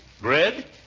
Bread